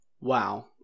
Wow